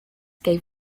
gave